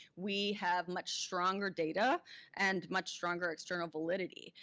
we have much stronger data and much stronger external validity,